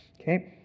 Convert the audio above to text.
Okay